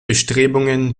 bestrebungen